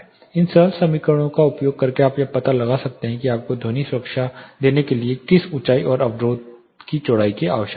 इन सरल समीकरणों का उपयोग करके आप यह पता लगा सकते हैं कि आपको ध्वनि सुरक्षा देने के लिए किस ऊँचाई और अवरोध की चौड़ाई आवश्यक है